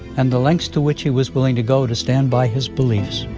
and the lengths to which he was willing to go to stand by his beliefs